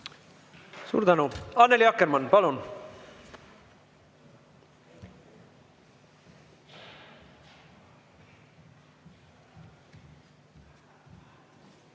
Suur tänu! Annely Akkermann, palun!